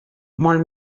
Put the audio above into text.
molt